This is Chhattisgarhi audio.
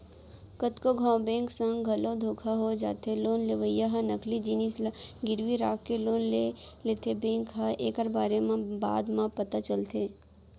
कतको घांव बेंक संग घलो धोखा हो जाथे लोन लेवइया ह नकली जिनिस ल गिरवी राखके लोन ले लेथेए बेंक ल एकर बारे म बाद म पता चलथे